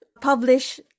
publish